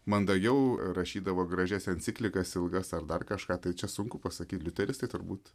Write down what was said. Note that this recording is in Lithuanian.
mandagiau rašydavo gražias enciklikas ilgas ar dar kažką tai čia sunku pasakyti liuteristai turbūt